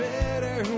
better